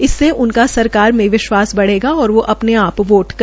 इससे उनका सरकार में विश्वास बढ़ेगा और वो अपने आप वोट करेंगे